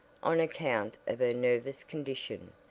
on account of her nervous condition,